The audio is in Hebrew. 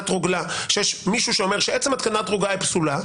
שיש מישהו אומר שעצם התקנת הרוגלה פסולה,